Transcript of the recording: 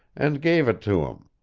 and gave it to him.